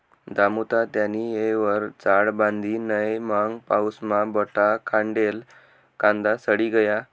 दामुतात्यानी येयवर चाळ बांधी नै मंग पाऊसमा बठा खांडेल कांदा सडी गया